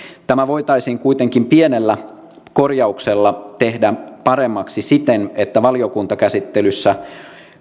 tämä voitaisiin kuitenkin pienellä korjauksella tehdä paremmaksi siten että valiokuntakäsittelyssä